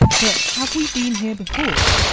but have we been here before?